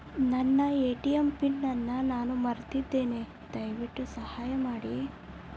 ನನ್ನ ATM PIN ಅನ್ನು ನಾನು ಮರೆತಿದ್ದೇನೆ, ದಯವಿಟ್ಟು ಸಹಾಯ ಮಾಡಿ